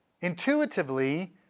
intuitively